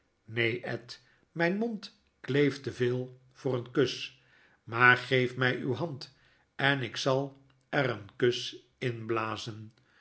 ed mijn mond kleeft te veel voor i een kus maar geef my uwe hand en ik zal j er een kus in blazen